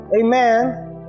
Amen